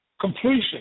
completion